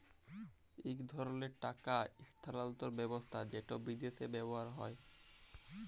ইক ধরলের টাকা ইস্থালাল্তর ব্যবস্থা যেট বিদেশে ব্যাভার হ্যয়